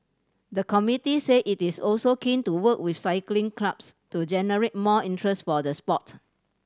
the committee said it is also keen to work with cycling clubs to generate more interest for the sport